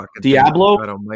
Diablo